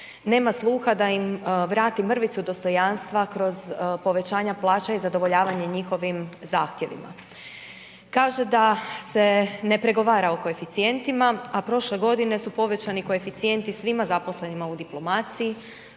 Nema sluha da im vrati mrvicu dostojanstva kroz povećanja plaća i zadovoljavanje njihovim zahtjevima. Kaže da se ne pregovara o koeficijentima, a prošle godine su povećani koeficijenti svima zaposlenima u diplomacije,